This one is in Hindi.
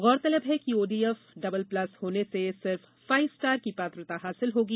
गौरतलब है कि ओडीएफ डबल प्लस होने से सिर्फ फाइव स्टार की पात्रता हासिल होगी